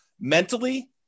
mentally